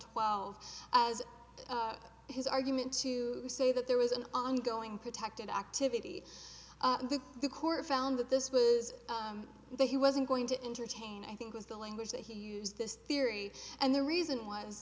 twelve as his argument to say that there was an ongoing protected activity the court found that this was that he wasn't going to entertain i think was the language that he used this theory and the reason was